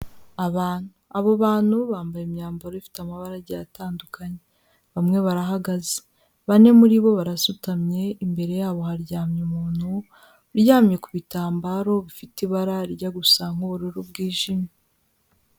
Abantu abo bantu bambaye imyambaro ifite amabara agiye atandukanye, bamwe barahagaze, bane muri bo barasutamye, imbere yabo haryamye umuntu uryamye ku bitambaro bifite ibara rijya gusa nk'ubururu bwijimye.